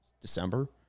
December